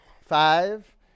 five